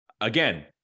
again